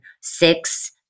six